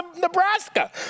Nebraska